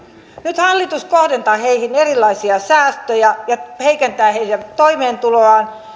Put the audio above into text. nyt hallitus kohdentaa heihin erilaisia säästöjä ja heikentää heidän toimeentuloaan